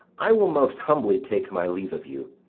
i will most humbly take my leave of you.